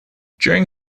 during